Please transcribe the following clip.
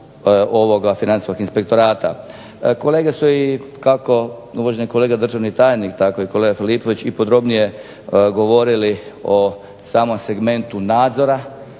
ovoga Financijskog inspektorata. Kolege su, i kako uvaženi kolega državni tajnik tako i kolega Filipović, i podrobnije govorili o samom segmentu nadzora